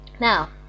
Now